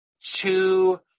two